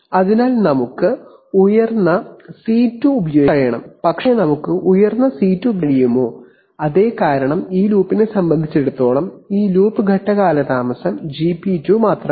അതിനാൽ നമുക്ക് ഉയർന്ന സി 2 ഉപയോഗിക്കാൻ കഴിയണം പക്ഷേ നമുക്ക് ഉയർന്ന സി 2 ഉപയോഗിക്കാൻ കഴിയുമോ അതെ കാരണം ഈ ലൂപ്പിനെ സംബന്ധിച്ചിടത്തോളം ഈ ലൂപ്പ് ഘട്ടം കാലതാമസം GP2 മാത്രമാണ്